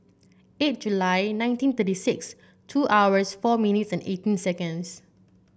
eight July nineteen thirty six two hours four minutes and eighteen seconds